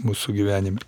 mūsų gyvenime